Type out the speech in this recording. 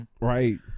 Right